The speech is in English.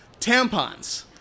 Tampons